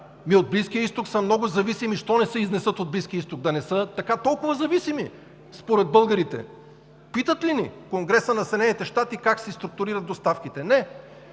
От Близкия изток са много зависими, защо не се изнесат от Близкия изток да не са толкова зависими според българите? Питат ли ни Конгресът на Съединените щати как си структурират доставките? Не.